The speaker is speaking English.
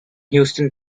houston